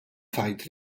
tgħid